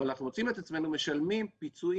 אבל אנחנו מוצאים את עצמנו משלמים פיצויים,